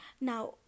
Now